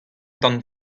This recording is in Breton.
tamm